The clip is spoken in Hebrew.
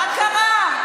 מה קרה?